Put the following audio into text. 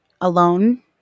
alone